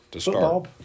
football